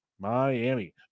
Miami